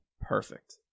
Perfect